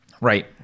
right